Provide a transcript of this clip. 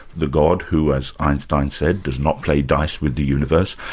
the god who as einstein said does not play dice with the universe,